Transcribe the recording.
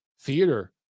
theater